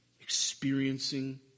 experiencing